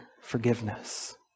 forgiveness